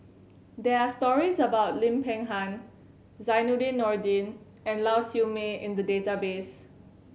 there are stories about Lim Peng Han Zainudin Nordin and Lau Siew Mei in the database